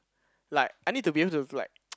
like I need to be able to like